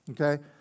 Okay